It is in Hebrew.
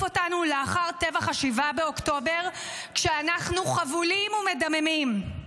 אותנו לאחר טבח 7 באוקטובר כשאנחנו חבולים ומדממים.